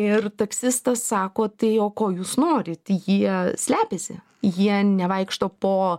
ir taksistas sako tai o ko jūs norit jie slepiasi jie nevaikšto po